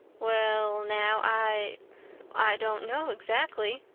well now, i i don't know exactly.